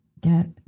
get